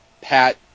Pat